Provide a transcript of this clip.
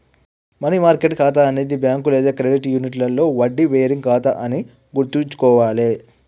money market ఖాతా అనేది bank లేదా క్రెడిట్ యూనియన్లో వడ్డీ బేరింగ్ ఖాతా అని గుర్తుంచుకోవాలే